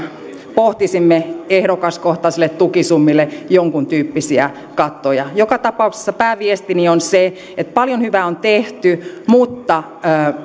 pohtisimme ehdokaskohtaisille tukisummille jonkuntyyppisiä kattoja joka tapauksessa pääviestini on se että paljon hyvää on tehty mutta